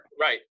right